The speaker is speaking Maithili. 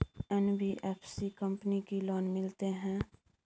एन.बी.एफ.सी कंपनी की लोन मिलते है?